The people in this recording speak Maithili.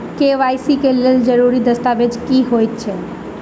के.वाई.सी लेल जरूरी दस्तावेज की होइत अछि?